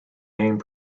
name